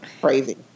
Crazy